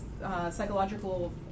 psychological